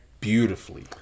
beautifully